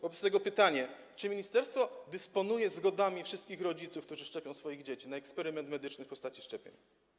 Wobec tego pytanie, czy ministerstwo dysponuje zgodami wszystkich rodziców, którzy szczepią swoje dzieci, na eksperyment medyczny w postaci szczepień?